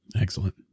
Excellent